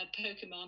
pokemon